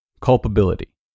culpability